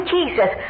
Jesus